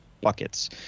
buckets